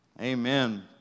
Amen